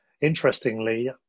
interestingly